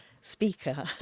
speaker